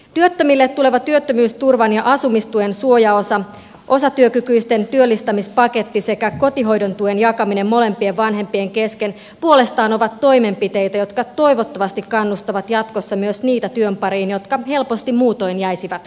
työttömille tuleva työttömyysturvan ja asumistuen suojaosa osatyökykyisten työllistämispaketti sekä kotihoidon tuen jakaminen molempien vanhempien kesken ovat puolestaan toimenpiteitä jotka toivottavasti kannustavat jatkossa työn pariin myös niitä jotka helposti muutoin jäisivät kotiin